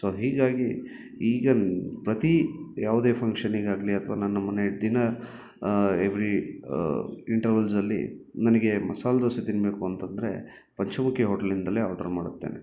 so ಹೀಗಾಗಿ ಈಗಲೂ ಪ್ರತಿ ಯಾವುದೇ ಫಂಕ್ಷನಿಗಾಗಲಿ ಅಥ್ವಾ ನನ್ನ ಮನೆಯ ದಿನ ಎವ್ರಿ ಇಂಟರ್ವಲ್ಸಲ್ಲಿ ನನಗೆ ಮಸಾಲೆ ದೋಸೆ ತಿನ್ನಬೇಕು ಅಂತಂದರೆ ಪಂಚಮುಖಿ ಹೋಟ್ಲಿಂದಲೇ ಆರ್ಡ್ರ ಮಾಡುತ್ತೇನೆ